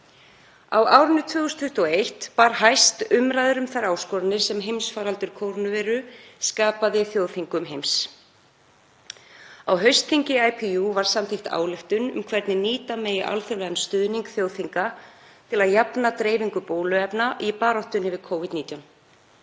Á árinu 2021 bar hæst umræður um þær áskoranir sem heimsfaraldur kórónuveiru skapaði þjóðþingum heims. Á haustþingi IPU var samþykkt ályktun um hvernig nýta megi alþjóðlegan stuðning þjóðþinga til að jafna dreifingu bóluefna í baráttunni við Covid-19.